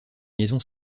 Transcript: liaison